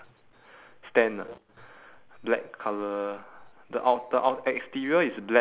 white colour with black frames and black uh the support legs